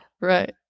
Right